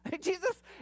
Jesus